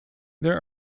there